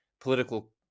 political